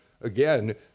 again